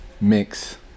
mix